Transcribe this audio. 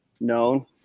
known